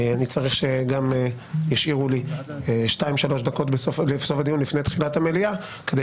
אני צריך ישאירו לי 3-2 דקות בסוף הדיון לפני תחילת המליאה כדי